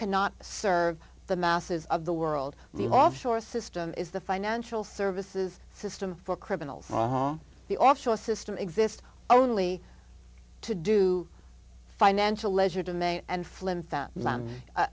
cannot serve the masses of the world the offshore system is the financial services system for criminals the offshore system exist only to do financial leisure to maine and